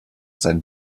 sein